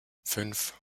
fünf